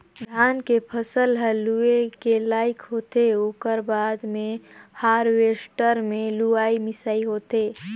धान के फसल ह लूए के लइक होथे ओकर बाद मे हारवेस्टर मे लुवई मिंसई होथे